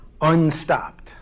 unstopped